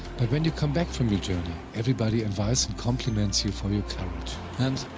but when you come back from your journey, everybody envies and compliments you for your courage. and,